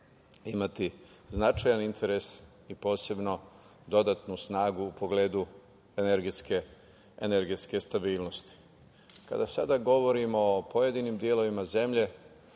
imati značajan interes i posebno dodatnu snagu u pogledu energetske stabilnosti. Kada govorimo o pojedinim delovima zemlje,